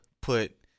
put